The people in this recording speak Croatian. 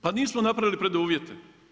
Pa nismo napravili preduvjete.